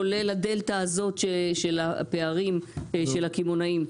כולל הדלתא הזאת של הפערים של הקמעונאים.